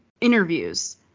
interviews